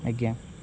ଆଜ୍ଞା